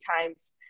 times